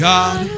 God